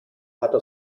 hatte